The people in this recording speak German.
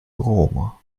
roma